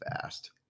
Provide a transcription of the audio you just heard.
fast